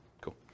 Cool